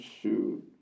shoot